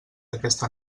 aquesta